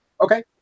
okay